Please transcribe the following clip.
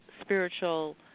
spiritual